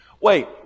Wait